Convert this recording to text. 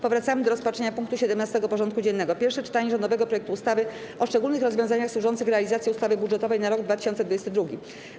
Powracamy do rozpatrzenia punktu 17. porządku dziennego: Pierwsze czytanie rządowego projektu ustawy o szczególnych rozwiązaniach służących realizacji ustawy budżetowej na rok 2022.